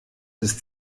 ist